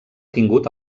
tingut